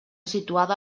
situada